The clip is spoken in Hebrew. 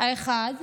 האחד,